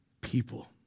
people